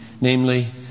namely